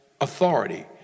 authority